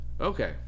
Okay